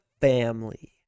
family